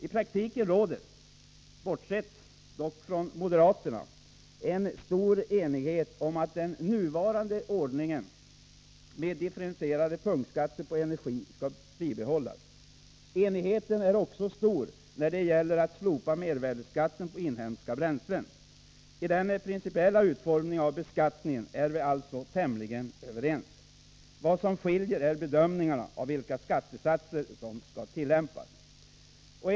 I praktiken råder — bortsett från moderaterna — en stor enighet om att den nuvarande ordningen med differentierade punktskatter på energi skall bibehållas. Enigheten är också stor när det gäller att slopa mervärdeskatten på inhemska bränslen. I den principiella utformningen av beskattningen är vi alltså tämligen överens. Vad som skiljer är bedömningarna av vilka skattesatser som skall tillämpas. Herr talman!